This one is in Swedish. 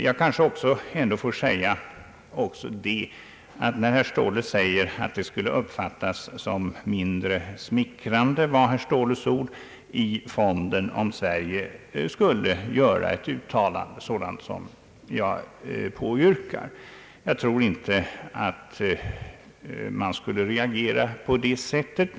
När herr Ståhle påstår att det skulle uppfattas såsom »mindre smickrande» — det är herr Ståhles egna ord — i fonden om Sverige skulle göra ett uttalande sådant som det jag påyrkar, vill jag framhålla att jag inte tror att man skulle reagera på det sättet.